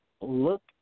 look